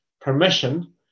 permission